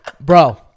bro